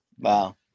wow